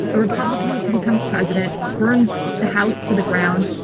a republican becomes president, burns the house to the ground,